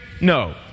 No